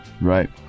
Right